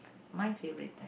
my favourite time